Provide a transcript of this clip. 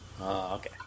Okay